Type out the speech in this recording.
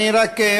אני רק,